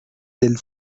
del